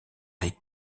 les